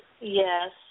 Yes